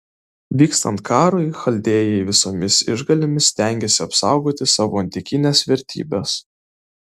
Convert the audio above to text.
vykstant karui chaldėjai visomis išgalėmis stengiasi apsaugoti savo antikines vertybes